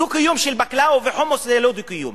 דו-קיום של בקלאווה וחומוס זה לא דו-קיום.